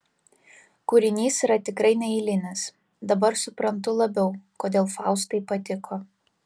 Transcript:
kūrinys yra tikrai neeilinis dabar suprantu labiau kodėl faustai patiko